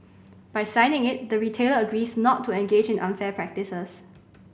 by signing it the retailer agrees not to engage in unfair practices